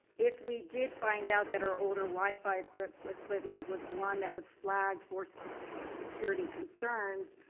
if we did find out that our older wifi equipment equipment was one that was flagged for so security concerns